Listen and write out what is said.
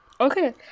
Okay